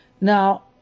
Now